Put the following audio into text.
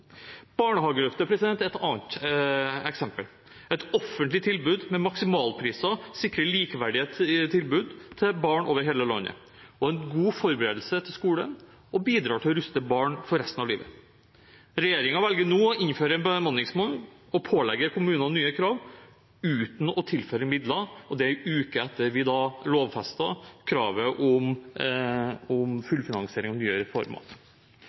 Barnehageløftet er et annet eksempel. Et offentlig tilbud med maksimalpriser sikrer likeverdige tilbud til barn over hele landet, er en god forberedelse til skolen og bidrar til å ruste barn for resten av livet. Regjeringen velger nå å innføre en bemanningsnorm og pålegger kommunene nye krav, uten å tilføre midler, og det en uke etter at vi lovfestet kravet om fullfinansiering av nye reformer.